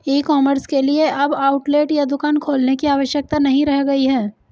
ई commerce के लिए अब आउटलेट या दुकान खोलने की आवश्यकता नहीं रह गई है